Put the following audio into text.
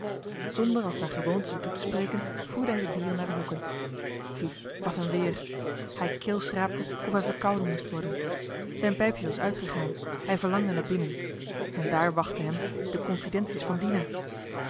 zonder als naar gewoonte ze toe te spreken voerde hij de dieren naar de hokken hù wat een weêr hij keelschraapte of hij verkouden moest worden zijn pijpje was uitgegaan hij verlangde naar binnen en daar wachtten hem de confidenties van